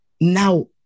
Now